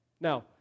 Now